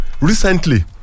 recently